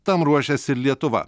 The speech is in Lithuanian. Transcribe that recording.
tam ruošiasi lietuva